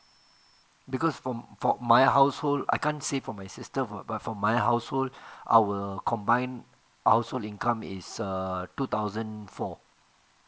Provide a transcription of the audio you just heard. because from for my household I can't say for my sister but for my household our combined household income is err two thousand four